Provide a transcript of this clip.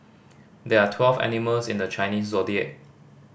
there are twelve animals in the Chinese Zodiac